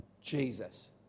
Jesus